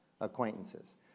acquaintances